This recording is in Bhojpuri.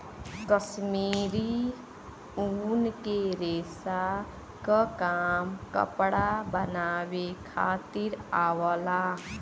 कश्मीरी ऊन के रेसा क काम कपड़ा बनावे खातिर आवला